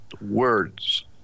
Words